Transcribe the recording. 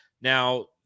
Now